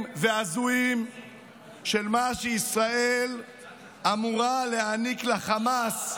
והזויים של מה שישראל אמורה להעניק לחמאס,